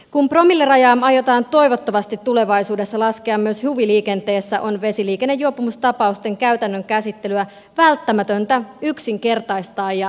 kun promillerajaa aiotaan toivottavasti tulevaisuudessa laskea myös huviliikenteessä on vesiliikennejuopumustapausten käytännön käsittelyä välttämätöntä yksinkertaistaa ja nopeuttaa